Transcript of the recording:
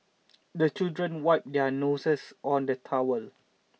the children wipe their noses on the towel